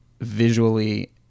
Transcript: Visually